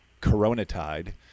Corona-tide